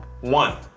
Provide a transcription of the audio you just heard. One